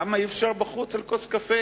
למה אי-אפשר לעשות את זה בחוץ על כוס קפה?